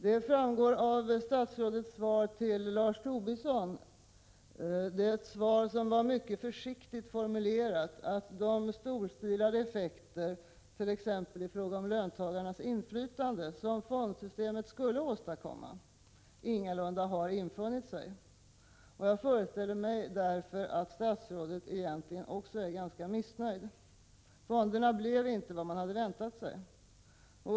Det framgår av statsrådets svar till Lars Tobisson, som var mycket försiktigt formulerat, att de storstilade effekter —t.ex. i fråga om löntagarnas inflytande — som fondsystemet skulle åstadkomma ingalunda har infunnit sig. Jag föreställer mig därför att även statsrådet egentligen är ganska missnöjd. Fonderna blev inte vad man hade väntat sig.